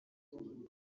umuntu